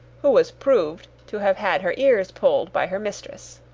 who was proved to have had her ears pulled by her mistress.